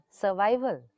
survival